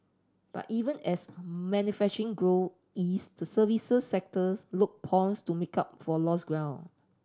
but even as manufacturing grow eased the services sector look poised to make up for lost ground